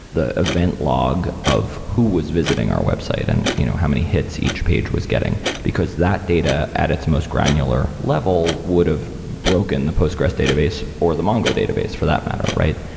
the event log of who was visiting our website and you know how many hits each page was getting, because that data at its most granular level would have broken the postgressql database, or the mongo database for that matter, right?